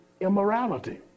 immorality